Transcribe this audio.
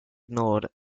ignored